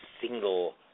single